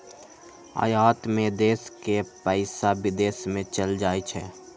आयात में देश के पइसा विदेश में चल जाइ छइ